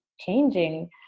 changing